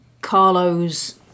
Carlo's